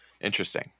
Interesting